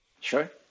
Sure